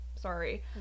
Sorry